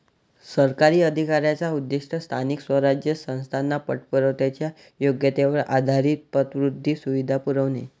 सरकारी अधिकाऱ्यांचा उद्देश स्थानिक स्वराज्य संस्थांना पतपुरवठ्याच्या योग्यतेवर आधारित पतवृद्धी सुविधा पुरवणे